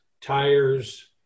tires